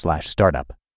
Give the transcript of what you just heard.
startup